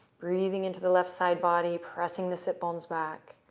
breathing into the left side body, pressing the sit bones back.